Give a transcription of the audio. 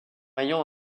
ayant